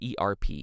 ERP